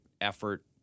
effort